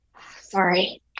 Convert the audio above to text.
Sorry